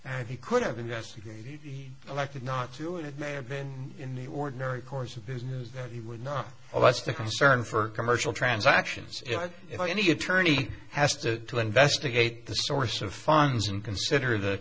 and he could have investigated elected not to and it may have been in the ordinary course of business that he would not allow us to concern for commercial transactions you know any attorney has to to investigate the source of funds and consider the